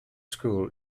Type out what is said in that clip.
school